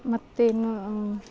ಮತ್ತೆ ಇನ್ನೂ